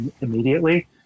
immediately